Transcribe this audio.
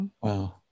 Wow